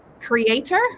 Creator